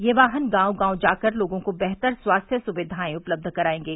यह वाहन गांव गांव जाकर लोगो को बेहतर स्वास्थ्य सुविधा उपलब्ध करायेंगे